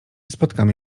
spotkamy